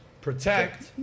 Protect